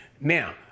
Now